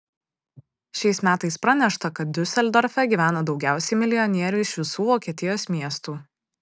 šiais metais pranešta kad diuseldorfe gyvena daugiausiai milijonierių iš visų vokietijos miestų